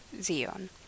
Zion